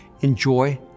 Enjoy